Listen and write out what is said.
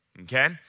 okay